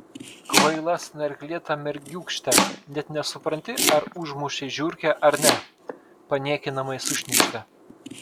kvaila snarglėta mergiūkšte net nesupranti ar užmušei žiurkę ar ne paniekinamai sušnypštė